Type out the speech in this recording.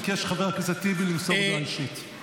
ביקש חבר הכנסת טיבי למסור הודעה אישית.